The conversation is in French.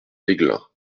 aiglun